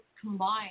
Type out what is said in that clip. combined